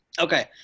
Okay